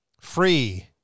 free